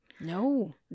No